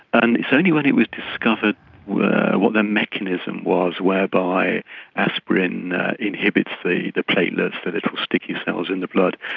and it's only when it was discovered what the mechanism was whereby aspirin inhibits the the platelets, the little sticky cells in the blood,